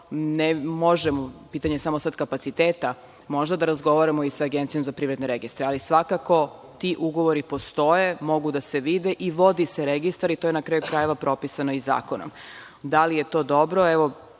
dovoljno, pitanje je samo sad kapaciteta, možemo možda da razgovaramo i sa Agencijom za privredne registre, ali svakako ti ugovori postoje, mogu da se vide i vodi se registar, što je na kraju krajeva propisano i zakonom. Da li je to dobro?